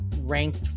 ranked